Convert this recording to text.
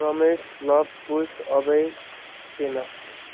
Ramesh Lav Kush Abhay Hema